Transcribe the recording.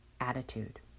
attitude